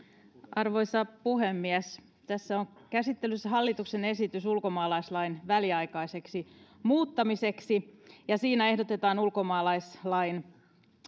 arvoisa puhemies tässä on käsittelyssä hallituksen esitys ulkomaalaislain väliaikaiseksi muuttamiseksi ja siinä ehdotetaan ulkomaalaislain